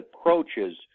approaches